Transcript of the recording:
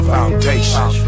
Foundation